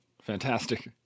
Fantastic